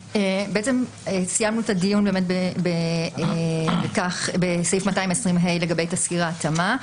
סיימנו את הדיון בסעיף 220ה לגבי תסקיר העצמה.